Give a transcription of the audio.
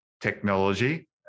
technology